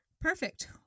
Perfect